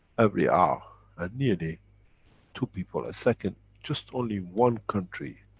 every hour and nearly two people a second. just only one country,